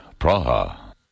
Praha